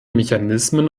mechanismen